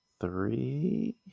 three